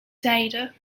zijde